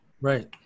right